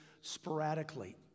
sporadically